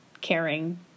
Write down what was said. caring